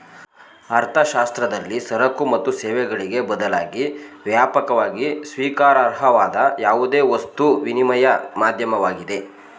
ಅರ್ಥಶಾಸ್ತ್ರದಲ್ಲಿ ಸರಕು ಮತ್ತು ಸೇವೆಗಳಿಗೆ ಬದಲಾಗಿ ವ್ಯಾಪಕವಾಗಿ ಸ್ವೀಕಾರಾರ್ಹವಾದ ಯಾವುದೇ ವಸ್ತು ವಿನಿಮಯ ಮಾಧ್ಯಮವಾಗಿದೆ